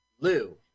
Lou